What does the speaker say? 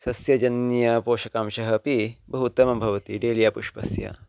सस्यजन्यपोषकांशः अपि बहु उत्तमं भवति डेलिया पुष्पस्य